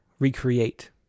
Recreate